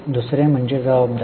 दुसरे म्हणजे जबाबदारी